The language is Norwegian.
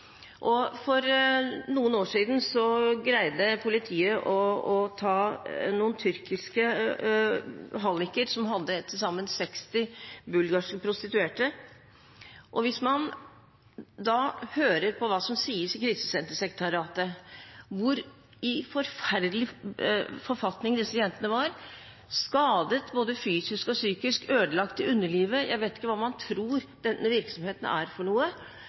For noen år siden greide politiet å ta noen tyrkiske halliker som hadde til sammen 60 bulgarske prostituerte. Hvis man hører på hva som sies fra Krisesentersekretariatet om hvilken forferdelig forfatning disse jentene var i, de var skadet både fysisk og psykisk, ødelagt i underlivet – jeg vet ikke hva man tror denne virksomheten er for noe